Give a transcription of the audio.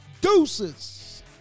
Deuces